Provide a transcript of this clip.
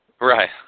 Right